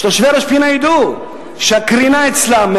שתושבי ראש-פינה ידעו שהקרינה אצלם,